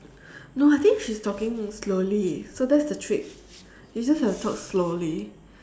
no I think she's talking slowly so that's the trick you just have to talk slowly